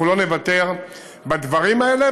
אנחנו לא נוותר בדברים האלה,